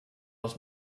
els